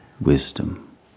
wisdom